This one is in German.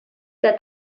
der